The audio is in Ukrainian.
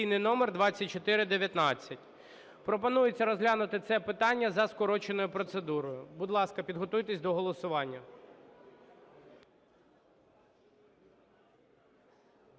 Пропонується розглянути це питання за скороченою процедурою. Будь ласка, підготуйтесь до голосування.